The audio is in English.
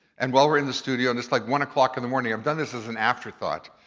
and while we're in the studio, and it's like one o'clock in the morning, i've done this as an afterthought,